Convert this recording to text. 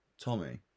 Tommy